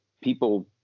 people